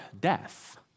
death